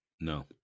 No